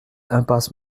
impasse